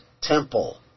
temple